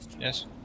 Yes